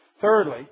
Thirdly